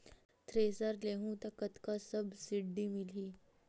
Thresher लेहूं त कतका सब्सिडी मिलही?